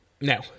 No